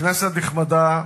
כנסת נכבדה,